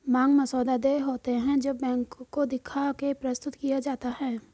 मांग मसौदा देय होते हैं जब बैंक को दिखा के प्रस्तुत किया जाता है